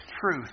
truth